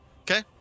Okay